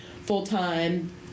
full-time